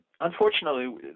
Unfortunately